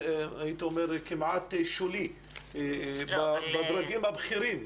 הייתי אומר, כמעט שולי בדרגים הבכירים.